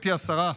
גברתי השרה: